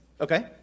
Okay